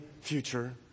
future